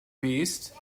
beast